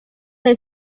del